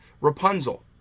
Rapunzel